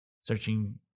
searching